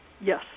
Yes